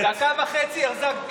השרים,